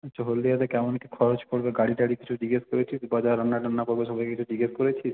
আচ্ছা হলদিয়াতে কেমন কী খরচ পড়বে গাড়ি টাড়ি কিছু জিজ্ঞাসা করেছিস গজা রান্না টান্না করবে সবাইকে কিছু জিজ্ঞাসা করেছিস